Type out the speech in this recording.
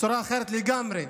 בצורה אחרת לגמרי.